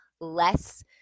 less